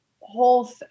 whole